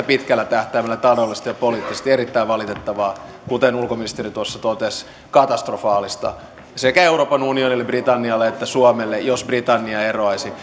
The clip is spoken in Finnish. pitkällä tähtäimellä taloudellisesti ja poliittisesti erittäin valitettavaa kuten ulkoministeri tuossa totesi katastrofaalista sekä euroopan unionille britannialle että suomelle jos britannia eroaisi